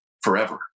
forever